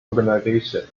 organization